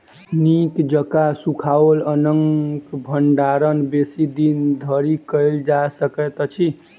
नीक जकाँ सुखाओल अन्नक भंडारण बेसी दिन धरि कयल जा सकैत अछि